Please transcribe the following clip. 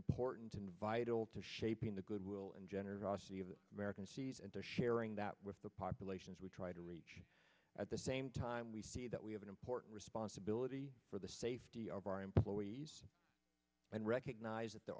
important and vital to shaping the goodwill and generosity of american cities and they're sharing that with the populations we try to reach at the same time we see that we have an important responsibility for the safety of our employees and recognize that there